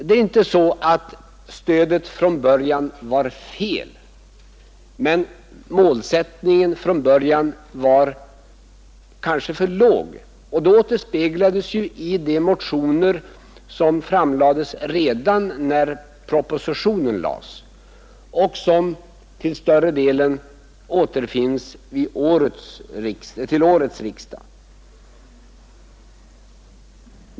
Det var inte något fel med det införda stödet, men målsättningen var kanske från början för låg. Detta återspeglades i de motioner som väcktes redan när propostionen framlades och som till större delen återkommit vid årets riksdag.